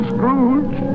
Scrooge